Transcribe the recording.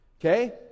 Okay